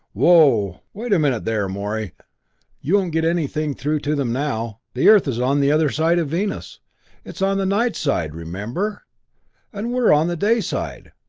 whoa wait a minute there, morey you won't get anything through to them now. the earth is on the other side of venus it's on the night side, remember and we're on the day side.